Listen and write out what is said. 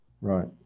Right